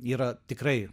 yra tikrai